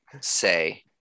say